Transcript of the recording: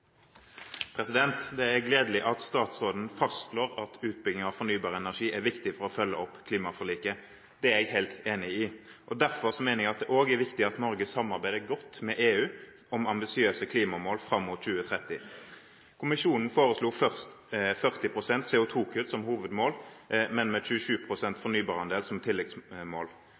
gledelig at statsråden fastslår at utbygging av fornybar energi er viktig for å følge opp klimaforliket. Det er jeg helt enig i. Derfor mener jeg det også er viktig at Norge samarbeider godt med EU om ambisiøse klimamål fram mot 2030. Kommisjonen foreslo først 40 pst. CO2-kutt som hovedmål, men med 27 pst. fornybarandel som tilleggsmål.